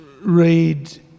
read